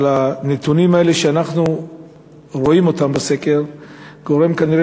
אבל הנתונים האלה שאנחנו רואים בסקר גורמים כנראה